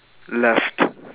left